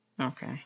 Okay